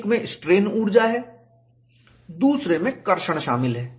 एक में स्ट्रेन ऊर्जा है दूसरे में कर्षण ट्रैक्शन शामिल है